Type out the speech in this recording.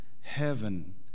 heaven